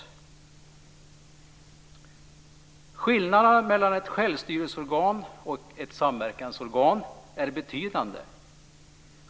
Skillnaderna mellan ett självstyrelseorgan och ett samverkansorgan är betydande.